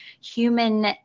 human